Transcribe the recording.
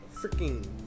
freaking